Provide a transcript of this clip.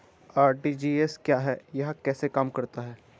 RTGS क्या है यह कैसे काम करता है?